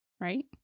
right